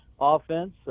offense